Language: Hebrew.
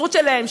ההיווצרות שלהן,